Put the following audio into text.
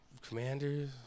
Commanders